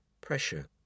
pressure